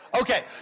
Okay